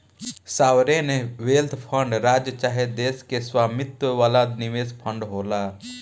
sovereign wealth fund राज्य चाहे देश के स्वामित्व वाला निवेश फंड होला